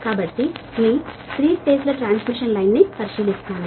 కాబట్టి మీ 3 ఫేజ్ ల ట్రాన్స్మిషన్ లైన్ ని పరిశీలిస్తాము